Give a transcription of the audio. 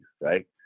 right